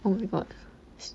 oh my god